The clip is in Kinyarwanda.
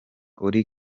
uri